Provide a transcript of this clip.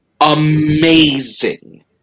amazing